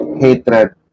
hatred